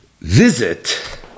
visit